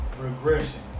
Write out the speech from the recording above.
Regression